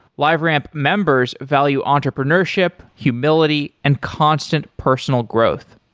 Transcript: liveramp members value entrepreneurship, humility and constant personal growth.